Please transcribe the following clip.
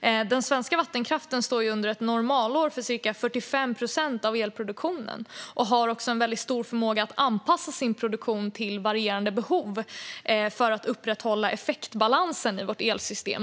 Den svenska vattenkraften står under ett normalår för cirka 45 procent av elproduktionen och har också en väldigt stor förmåga att anpassa sin produktion till varierande behov för att upprätthålla effektbalansen i vårt elsystem.